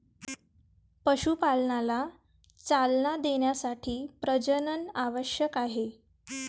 पशुपालनाला चालना देण्यासाठी प्रजनन आवश्यक आहे